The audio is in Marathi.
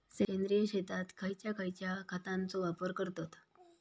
सेंद्रिय शेतात खयच्या खयच्या खतांचो वापर करतत?